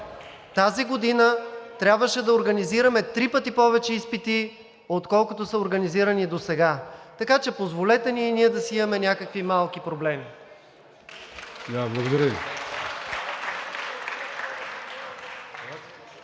тази година трябваше да организираме три пъти повече изпити, отколкото са организирани досега, така че позволете ни и ние да си имаме някакви малки проблеми. (Ръкопляскания